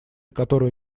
которую